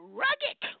rugged